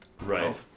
right